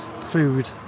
Food